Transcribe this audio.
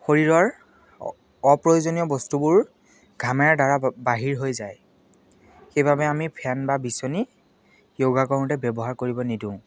শৰীৰৰ অপ্ৰয়োজনীয় বস্তুবোৰ ঘামৰ দ্বাৰা বাহিৰ হৈ যায় সেইবাবে আমি ফেন বা বিচনী যোগা কৰোঁতে ব্যৱহাৰ কৰিব নিদোঁ